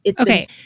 Okay